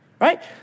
right